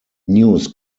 news